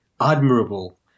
admirable